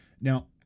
Now